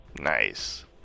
Nice